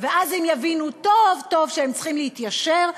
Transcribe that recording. ואז הם יבינו טוב טוב שהם צריכים להתיישר,